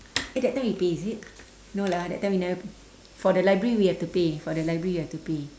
eh that time we pay is it no lah that time we never for the library we have to pay for the library we have to pay